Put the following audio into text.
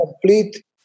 complete